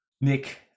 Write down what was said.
Nick